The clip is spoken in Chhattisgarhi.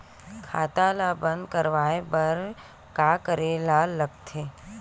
खाता ला बंद करवाय बार का करे ला लगथे?